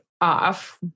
off